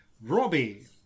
Robbie